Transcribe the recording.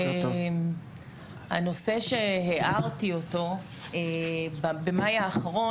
הנושא שהערתי אותו במאי האחרון.